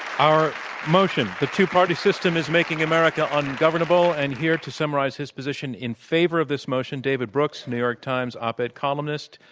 our motion, the two-party system is making america ungovernable, and here to summarize his position in favor of this motion, david brooks, the new york times op ed columnist,